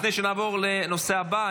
לפני שנעבור לנושא הבא,